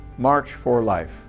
marchforlife